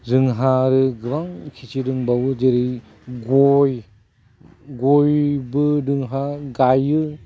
जोंहा आरो गोबां खिथि दंबावो जेरै गय गयबो जोंहा गायो